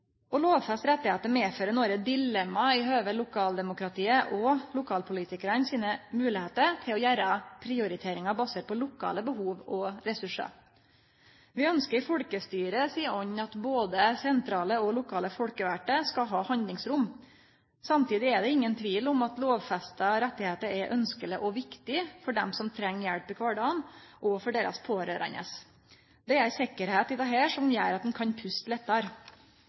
Å lovfeste rettar medfører nokre dilemma i høve til lokaldemokratiet og lokalpolitikarane sine moglegheiter til å gjere prioriteringar basert på lokale behov og ressursar. Vi ønskjer i folkestyret si ånd at både sentrale og lokale folkevalde skal ha handlingsrom. Samtidig er det ingen tvil om at lovfesta rettar er ønskjelege og viktige for dei som treng hjelp i kvardagen og for deira pårørande. Det er ei sikkerheit i dette som gjer at ein kan puste